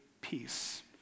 peace